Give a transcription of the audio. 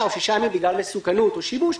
או שישה ימים בגלל מסוכנות או שיבוש,